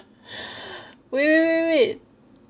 wait wait wait wait